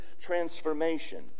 transformation